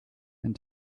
and